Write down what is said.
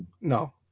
No